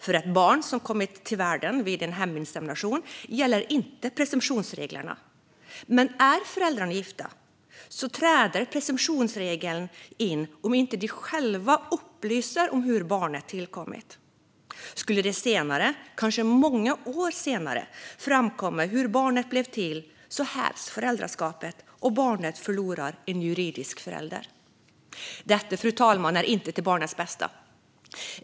För ett barn som kommit till världen via en heminsemination gäller inte presumtionsreglerna, men om föräldrarna är gifta träder presumtionsreglerna in om inte de själva upplyser om hur barnet tillkommit. Skulle det senare - kanske många år senare - framkomma hur barnet blev till hävs föräldraskapet, och barnet förlorar då en juridisk förälder. Detta, fru talman, är inte för barnets bästa.